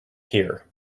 here